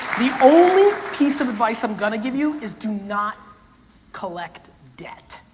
the only piece of advice i'm gonna give you is do not collect debt.